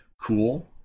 cool